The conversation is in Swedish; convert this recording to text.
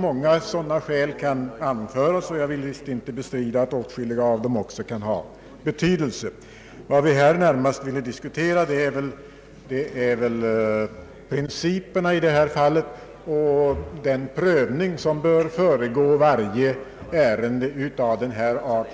Många sådana skäl kan givetvis anföras, och jag vill inte bestrida att åtskilliga av dem också kan ha betydelse. Vad vi här närmast vill diskutera är emellertid principerna i detta fall och den prövning som bör föregå varje ärende av denna art